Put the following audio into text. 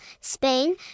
Spain